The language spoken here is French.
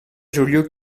joliot